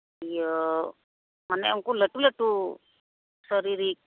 ᱤᱭᱟᱹ ᱢᱟᱱᱮ ᱩᱱᱠᱩ ᱞᱟᱹᱴᱩ ᱞᱟᱹᱴᱩ ᱥᱚᱨᱤᱨᱤᱠ